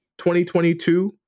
2022